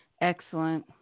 excellent